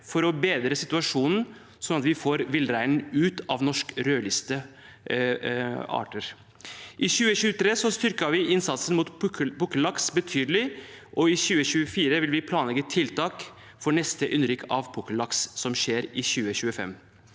for å bedre situasjonen, sånn at vi får villreinen ut av Norsk rødliste for arter. I 2023 styrket vi innsatsen mot pukkellaks betydelig, og i 2024 vil vi planlegge tiltak for neste innrykk av pukkellaks, som skjer i 2025.